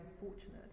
unfortunate